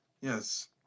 Yes